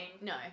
no